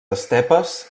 estepes